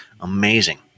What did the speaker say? Amazing